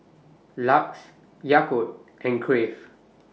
LUX Yakult and Crave